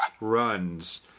runs